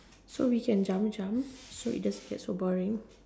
so we can jump jump so it doesn't get so boring